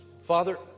Father